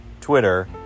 Twitter